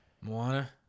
Moana